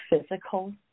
physical